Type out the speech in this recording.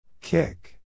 Kick